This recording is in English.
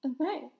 Okay